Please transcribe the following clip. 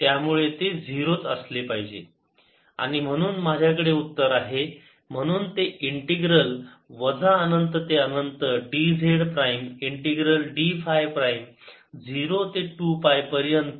आणि म्हणून माझ्याकडे उत्तर आहे म्हणून ते इंटीग्रल वजा अनंत ते अनंत d z prime integral d phi prime 0 ते 2 पाय पर्यंत